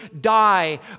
die